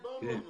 דיברנו עם